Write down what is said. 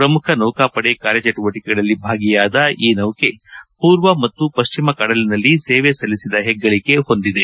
ಪ್ರಮುಖ ನೌಕಾಪಡೆ ಕಾರ್ಯಚಟುವಟಕೆಗಳಲ್ಲಿ ಭಾಗಿಯಾದ ಈ ನೌಕೆ ಪೂರ್ವ ಮತ್ತು ಪಶ್ಚಿಮ ಕಡಲಿನಲ್ಲಿ ಸೇವೆ ಸಲ್ಲಿಸಿದ ಹೆಗ್ಗಳಿೆ ಹೊಂದಿದೆ